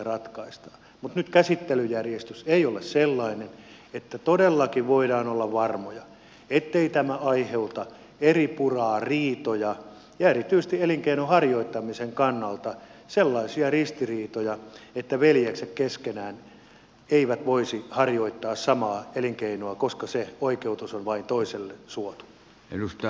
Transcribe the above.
mutta nyt käsittelyjärjestys ei ole sellainen että todellakin voidaan olla varmoja ettei tämä aiheuta eripuraa riitoja ja erityisesti elinkeinon harjoittamisen kannalta sellaisia ristiriitoja että veljekset keskenään eivät voisi harjoittaa samaa elinkeinoa koska se oikeutus on vain toiselle suotu